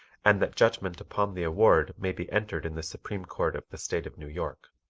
and that judgment upon the award may be entered in the supreme court of the state of new york.